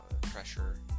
pressure